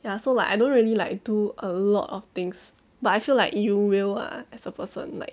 ya so like I don't really like do a lot of things but I feel like you will lah as a person like